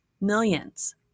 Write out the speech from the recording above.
Millions